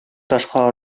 ташка